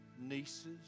nieces